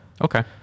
Okay